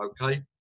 Okay